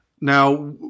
Now